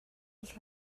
els